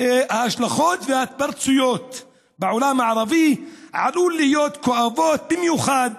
ההשלכות וההתפרצויות בעולם הערבי עלולות להיות כואבות במיוחד,